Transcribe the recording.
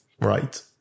Right